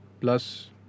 plus